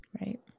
Right